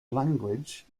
language